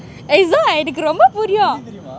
எனக்கு ரொம்ப புரியும்:enakku romba puriyum